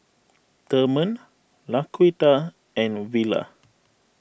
therman Laquita and Willa